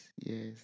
Yes